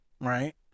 right